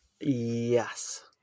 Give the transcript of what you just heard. Yes